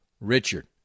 Richard